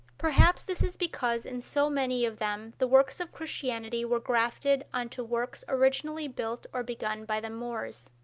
perhaps this is because in so many of them the works of christianity were grafted on to works originally built or begun by the moors.